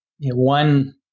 one